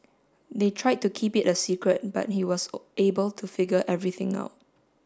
they tried to keep it a secret but he was able to figure everything out